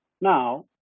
Now